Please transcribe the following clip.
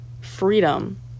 freedom